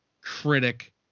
critic